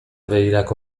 begirako